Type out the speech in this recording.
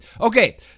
Okay